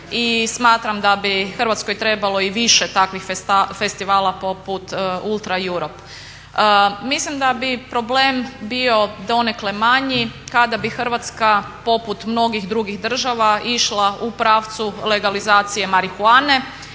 smatram da bi Hrvatskoj trebalo i više takvih festivala poput Ultra i Europe. Mislim da bi problem bio donekle manji kada bi Hrvatska poput mnogih drugih država išla u pravcu legalizacije marihuane,